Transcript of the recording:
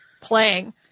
playing